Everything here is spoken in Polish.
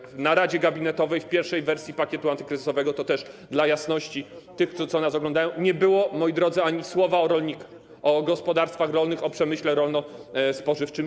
Na posiedzeniu Rady Gabinetowej w pierwszej wersji pakietu antykryzysowego - to też dla jasności dla tych, co nas oglądają - nie było, moi drodzy, ani słowa o rolnikach, o gospodarstwach rolnych, o przemyśle rolno-spożywczym.